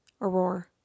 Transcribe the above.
Aurora